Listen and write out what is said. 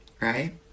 right